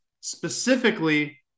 Specifically